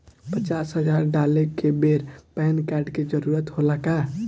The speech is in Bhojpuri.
पचास हजार डाले के बेर पैन कार्ड के जरूरत होला का?